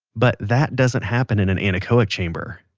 but that doesn't happen in an anechoic chamber